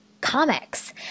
comics